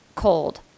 cold